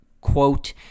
quote